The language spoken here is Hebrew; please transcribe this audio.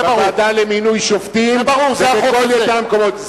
בוועדה למינוי שופטים ובכל יתר המקומות.